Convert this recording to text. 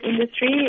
industry